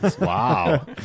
wow